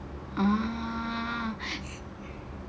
ah